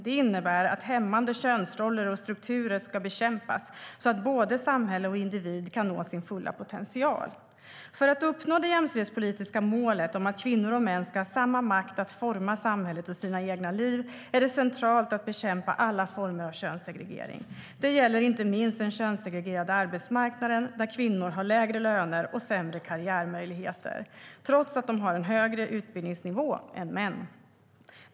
Det innebär att hämmande könsroller och strukturer ska bekämpas, så att både samhälle och individ kan nå sin fulla potential. För att uppnå det jämställdhetspolitiska målet att kvinnor och män ska ha samma makt att forma samhället och sina egna liv är det centralt att bekämpa alla former av könssegregering. Det gäller inte minst den könssegregerade arbetsmarknaden, där kvinnor har lägre löner och sämre karriärmöjligheter, trots att de har en högre utbildningsnivå än männen.